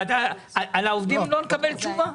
על העובדים לא נקבל תשובה?